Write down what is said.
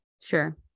Sure